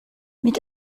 mit